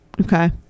Okay